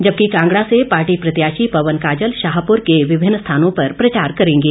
जबकि कांगड़ा से पार्टी प्रत्याशी पवन काजल शाहपुर के विभिन्न स्थानों पर प्रचार करेंगे